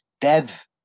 Dev